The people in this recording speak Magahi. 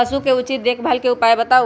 पशु के उचित देखभाल के उपाय बताऊ?